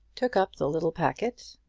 took up the little packet,